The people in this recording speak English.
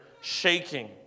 Shaking